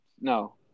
No